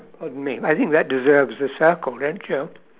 pardon me I think that deserves a circle don't you